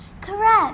Correct